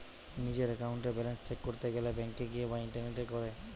নিজের একাউন্টের balance check করতে গেলে ব্যাংকে গিয়ে বা ইন্টারনেটে করে